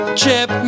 chip